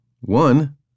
One